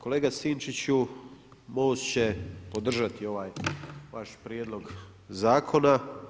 Kolega Sinčiću, Most će podržati ovaj vaš prijedlog zakona.